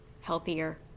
healthier